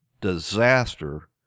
disaster